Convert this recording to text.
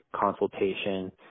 consultation